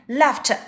,left